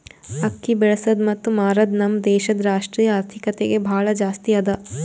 ಅಕ್ಕಿ ಬೆಳಸದ್ ಮತ್ತ ಮಾರದ್ ನಮ್ ದೇಶದ್ ರಾಷ್ಟ್ರೀಯ ಆರ್ಥಿಕತೆಗೆ ಭಾಳ ಜಾಸ್ತಿ ಅದಾ